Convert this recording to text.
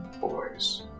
boys